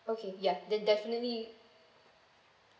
okay ya then definitely